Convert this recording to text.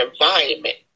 environment